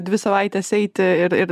dvi savaites eiti ir ir